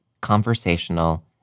conversational